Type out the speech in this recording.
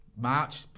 March